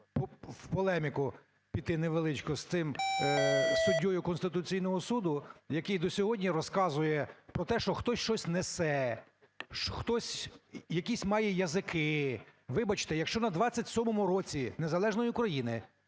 в полеміку піти невеличку з тим суддею Конституційного Суду, який до сьогодні розказує про те, що хтось щось несе, хтось якісь має языки. Вибачте, якщо на 27-у році незалежної України